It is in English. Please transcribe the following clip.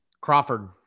Crawford